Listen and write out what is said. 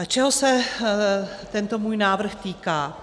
Čeho se tento můj návrh týká?